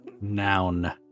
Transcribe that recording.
Noun